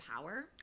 power